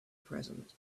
present